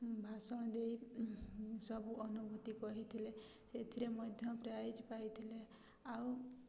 ଭାଷଣ ଦେଇ ସବୁ ଅନୁଭୂତି କହିଥିଲେ ସେଥିରେ ମଧ୍ୟ ପ୍ରାଇଜ୍ ପାଇଥିଲେ ଆଉ